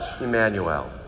Emmanuel